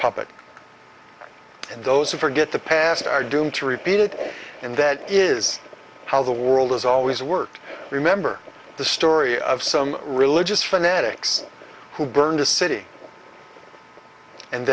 and those who forget the past are doomed to repeat it and that is how the world has always worked remember the story of some religious fanatics who burned a city and